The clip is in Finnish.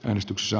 äänestyksessä